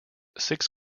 six